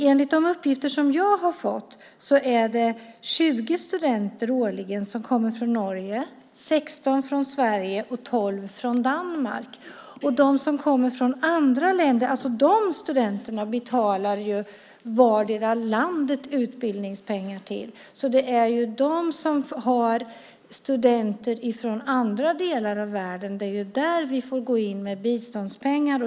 Enligt de uppgifter som jag har fått är det 20 studenter årligen som kommer från Norge, 16 från Sverige och 12 från Danmark. För de studenter som kommer från andra länder betalar ju vartdera landet utbildningspengar. Det är ju när det handlar om studenter från andra delar av världen som vi får gå in med biståndspengar.